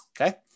okay